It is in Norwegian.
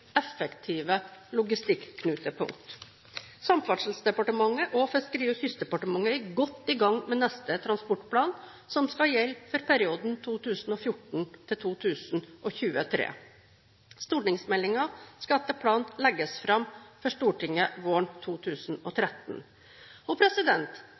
effektive logistikknutepunkt. Samferdselsdepartementet og Fiskeri- og kystdepartementet er godt i gang med neste transportplan som skal gjelde for perioden 2014–2023. Stortingsmeldingen skal etter planen legges fram for Stortinget våren